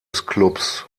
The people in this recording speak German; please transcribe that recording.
clubs